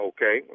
Okay